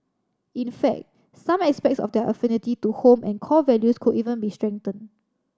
in fact some aspects of their affinity to home and core values could even be strengthened